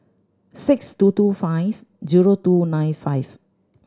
six two two five zero two nine five